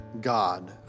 God